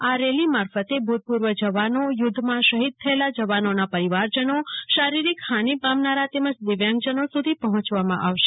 આ રેલી મારફતેભૂતપૂર્વ જવાનો યુદ્ધમાં શહીદ થયેલા જવાનોના પરિવારજનો શારીરિક હાનિ પામનારા તેમજદિવ્યાંગજનો સુધી પહોંચવામાં આવશે